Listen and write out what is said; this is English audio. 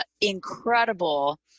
incredible